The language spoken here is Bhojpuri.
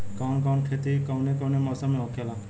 कवन कवन खेती कउने कउने मौसम में होखेला?